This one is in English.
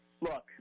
Look